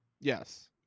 Yes